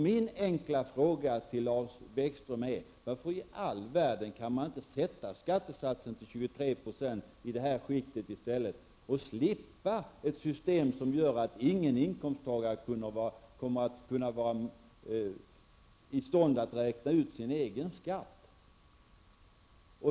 Min enkla fråga till Lars Bäckström är: Varför i all världen kan man inte sätta skattesatsen till 23 % i det skicktet i stället och slippa ett system som gör att ingen inkomsttagare kommer att kunna vara i stånd att räkna ut sin egen skatt?